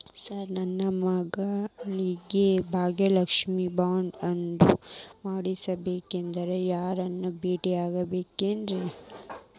Sir ನನ್ನ ಮಗಳಿಗೆ Bhagyalakshmi bond ಅದು ಮಾಡಿಸಬೇಕೆಂದು ಯಾರನ್ನ ಭೇಟಿಯಾಗಬೇಕ್ರಿ?